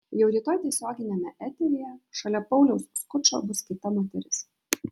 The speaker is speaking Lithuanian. jau rytoj tiesioginiame eteryje šalia pauliaus skučo bus kita moteris